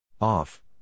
Off